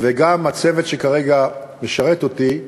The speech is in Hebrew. וגם הצוות שכרגע משרת אותי,